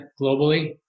globally